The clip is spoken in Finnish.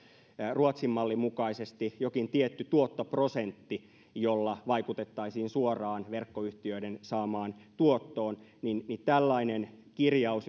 ruotsin mallin mukaisesti jokin tietty tuottoprosentti jolla vaikutettaisiin suoraan verkkoyhtiöiden saamaan tuottoon niin niin tällainen malli